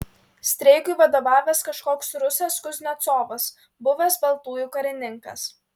streikui vadovavęs kažkoks rusas kuznecovas buvęs baltųjų karininkas